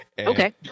Okay